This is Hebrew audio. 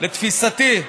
לתפיסתי,